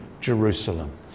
Jerusalem